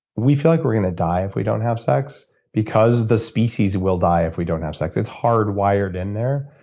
we feel like we're going to die if we don't have sex because the species will die if we don't have sex. it's hardwired in there.